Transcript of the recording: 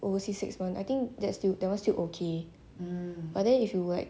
overseas six months I think that's still that [one] still okay but then if you will